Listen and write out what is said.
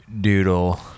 doodle